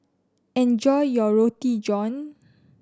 enjoy your Roti John